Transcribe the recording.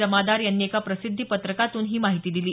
जमादार यांनी एका प्रसिद्धी पत्रकातून ही माहिती दिली